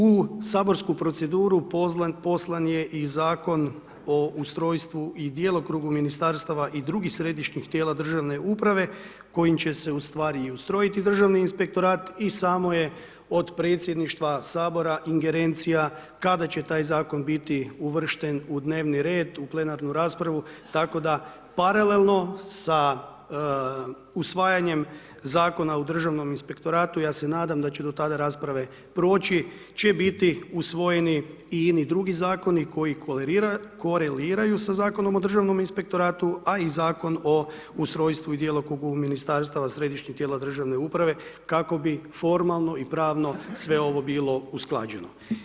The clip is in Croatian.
U saborsku proceduru poslan je i Zakon o ustrojstvu i djelokrugu Ministarstava i drugih Središnjih tijela državne uprave kojim će se, ustvari, i ustrojiti Državni inspektorat i samo je od predsjedništva Sabora ingerencija kada će taj Zakon biti uvršten u dnevni red, u plenarnu raspravu, tako da paralelno sa usvajanjem Zakona o državnom inspektoratu, ja se nadam da će do tada rasprave proći, će biti usvojeni i ini drugi Zakoni koji koreliraju sa Zakonom o državnom inspektoratu, a i Zakon o ustrojstvu i djelokrugu Ministarstava Središnjih tijela državne uprave kako bi formalno i pravno sve ovo bilo usklađeno.